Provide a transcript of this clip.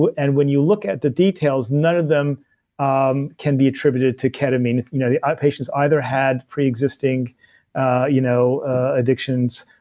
and when you look at the details, none of them um can be attributed to ketamine you know the ah patients either had preexisting ah you know addictions,